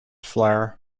flair